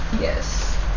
Yes